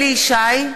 אליהו ישי,